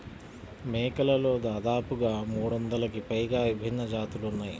మేకలలో దాదాపుగా మూడొందలకి పైగా విభిన్న జాతులు ఉన్నాయి